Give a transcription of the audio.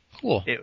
Cool